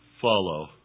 follow